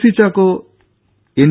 C Chacko N